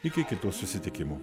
iki kitų susitikimų